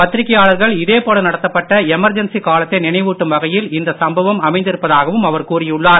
பத்திரிக்கையாளர்கள் இதே போல நடத்தப்பட்ட எமர்ஜன்சி காலத்தை நினைவூட்டும் வகையில் இந்த சம்பவம் அமைந்திருப்பதாகவும் அவர் கூறியுள்ளார்